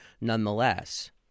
nonetheless